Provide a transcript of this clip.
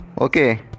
Okay